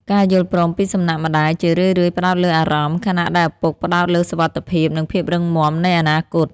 ការយល់ព្រមពីសំណាក់ម្ដាយជារឿយៗផ្ដោតលើអារម្មណ៍ ខណៈដែលឪពុកផ្ដោតលើសុវត្ថិភាព និងភាពរឹងមាំនៃអនាគត។